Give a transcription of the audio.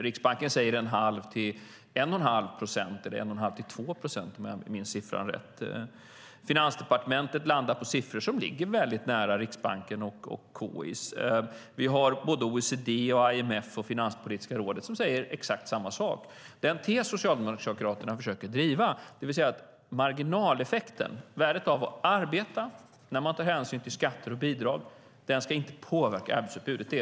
Riksbanken säger att det är 1⁄2 till 1 1⁄2 procent eller 1 1⁄2 till 2 procent, om jag minns siffrorna rätt. Finansdepartementet landar på siffror som ligger väldigt nära Riksbankens och KI:s. Socialdemokraterna försöker driva en tes, det vill säga att marginaleffekten, värdet av att arbeta när man tar hänsyn till skatter och bidrag, inte ska påverka arbetsutbudet.